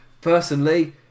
personally